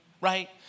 right